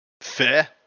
Fair